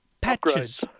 patches